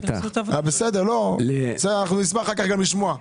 נשמח לשמוע.